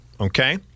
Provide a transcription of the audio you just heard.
Okay